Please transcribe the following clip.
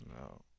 No